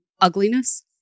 ugliness